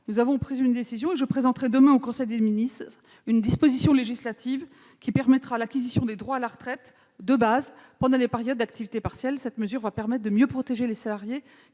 nous avons pris la décision suivante : je présenterai demain en Conseil des ministres une disposition législative permettant l'acquisition de droits à la retraite de base pendant les périodes d'activité partielle. Cette mesure permettra de mieux protéger les salariés